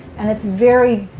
and it's very